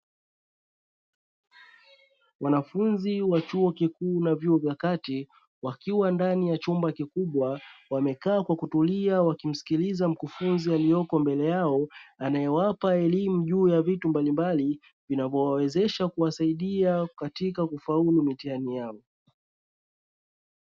Wanafunzi wa chuo kikuu na vyuo vya kati, wakiwa ndani ya chumba kikubwa, wamekaa kwa kutulia wakimsikiliza mkufunzi aliyoko mbele yao, anayewapa elimu juu ya vitu mbalimbali vinavyowawezesha kuwasaidia katika kufaulu mitihani yao.